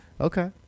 Okay